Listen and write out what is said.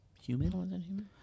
human